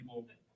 people